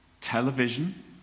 television